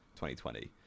2020